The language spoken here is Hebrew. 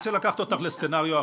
רוצה לקחת אותך לסינריו אחר.